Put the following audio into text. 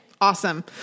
awesome